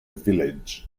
village